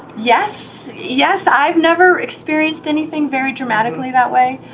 yes, yes, i've never experienced anything very dramatically that way,